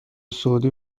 سعودی